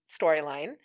storyline